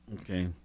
Okay